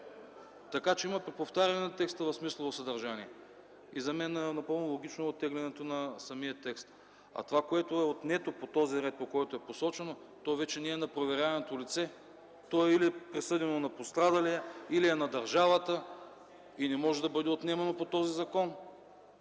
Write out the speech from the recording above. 1 и 2. Има преповтаряне на текста в смислово съдържание и за мен е напълно логично оттеглянето на самия текст. А това, което е отнето по този ред, по който е посочено, то вече не е на проверяваното лице, то е или присъдено на пострадалия, или е на държавата и не може да бъде отнемано по този закон.